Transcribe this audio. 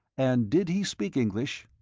and did he speak english?